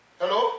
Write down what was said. hello